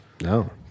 No